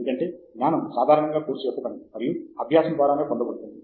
ఎందుకంటే జ్ఞానం సాధారణంగా కోర్సు యొక్క పని మరియు అభ్యాసం ద్వారానే పొందబడుతుంది